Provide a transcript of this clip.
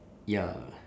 ya